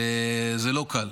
וזה לא קל.